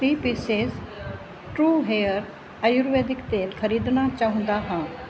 three pieces true hair ਆਯੁਰਵੈਦਿਕ ਤੇਲ ਖ਼ਰੀਦਣਾ ਚਾਹੁੰਦਾ ਹਾਂ